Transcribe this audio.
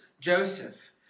Joseph